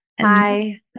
Hi